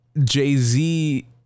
Jay-Z